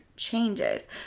changes